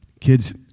Kids